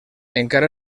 encara